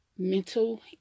mental